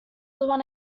other